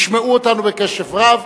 ישמעו אותנו בקשב רב.